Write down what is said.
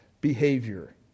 behavior